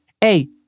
Hey